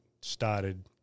started